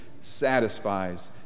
satisfies